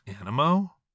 animo